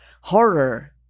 horror